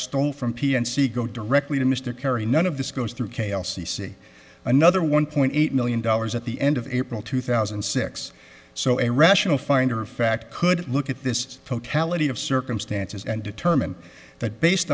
stole from p and c go directly to mr kerry none of this goes through kay l c c another one point eight million dollars at the end of april two thousand and six so a rational finder of fact could look at this totality of circumstances and determine that based